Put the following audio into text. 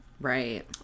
Right